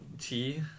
tea